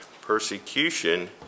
persecution